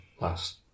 last